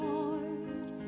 Lord